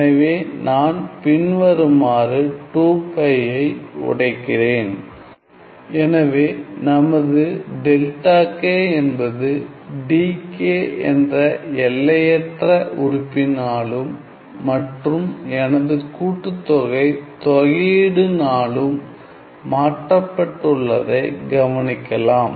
எனவே நான் பின்வருமாறு 2π ஐ உடைக்கிறேன் எனவே நமது δ என்பது dk என்ற எல்லையற்ற உறுப்பினாலும் மற்றும் எனது கூட்டுத் தொகை தொகையீடுனாலும் மாற்றப்பட்டுள்ளதை கவனிக்கலாம்